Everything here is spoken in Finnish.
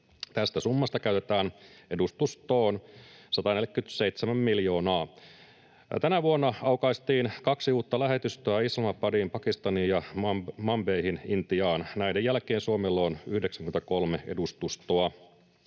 Tästä summasta käytetään edustustoihin 147 miljoonaa. Tänä vuonna aukaistiin kaksi uutta lähetystöä Islamabadiin Pakistaniin ja Mumbaihin Intiaan. Tämän jälkeen Suomella on 93 edustustoa.